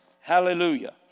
Hallelujah